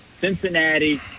Cincinnati